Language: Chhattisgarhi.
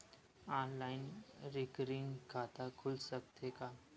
ऑनलाइन रिकरिंग खाता खुल सकथे का?